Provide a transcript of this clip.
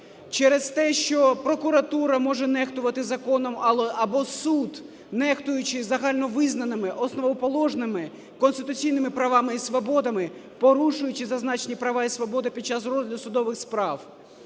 через те, що прокуратура може нехтувати законом або суд, нехтуючи загально визнаними, основоположними, конституційними правами і свободами, порушуючи зазначені права і свободи під час розгляду судових справ,